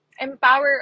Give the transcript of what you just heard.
empower